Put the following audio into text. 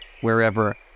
wherever